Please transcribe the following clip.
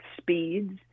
speeds